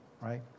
right